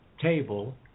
table